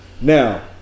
Now